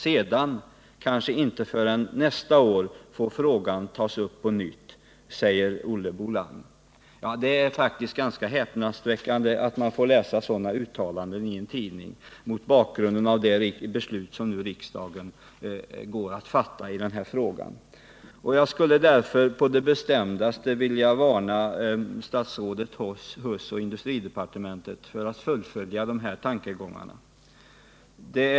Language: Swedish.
— Sedan, kanske inte förrän nästa år, får frågan tas upp på nytt, säger Olle Bolang, ---.” Det är faktiskt ganska häpnadsväckande att man får läsa sådana uttalanden i en tidning mot bakgrund av det beslut som nu riksdagen går att fatta i den här frågan. Jag skulle därför på det bestämdaste vilja varna statsrådet Huss och industridepartementet för att fullfölja dessa tankegångar.